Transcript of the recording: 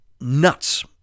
nuts